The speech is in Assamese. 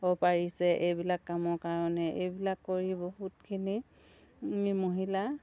হ'ব পাৰিছে এইবিলাক কামৰ কাৰণে এইবিলাক কৰি বহুতখিনি মহিলা